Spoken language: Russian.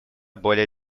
более